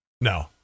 No